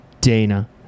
Dana